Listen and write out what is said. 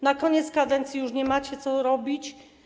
Na koniec kadencji już nie macie co robić?